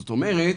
זאת אומרת,